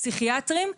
פסיכיאטרים,